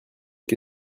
que